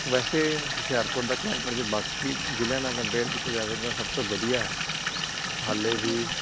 ਵੈਸੇ ਹੁਸ਼ਿਆਰਪੁਰ ਦਾ ਕਲਾਈਮੇਟ ਜੇ ਬਾਕੀ ਜਿਲ੍ਹਿਆਂ ਨਾਲ ਕੰਪੇਅਰ ਕੀਤਾ ਜਾਵੇ ਤਾਂ ਸਭ ਤੋਂ ਵਧੀਆ ਹੈ ਹਜੇ ਵੀ